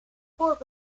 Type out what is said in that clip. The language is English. port